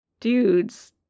dudes